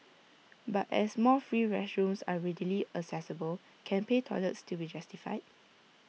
but as more free restrooms are readily accessible can pay toilets still be justified